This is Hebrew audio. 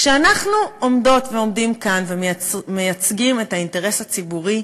כשאנחנו עומדות ועומדים כאן ומייצגים את האינטרס הציבורי,